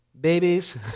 babies